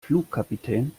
flugkapitän